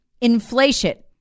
inflation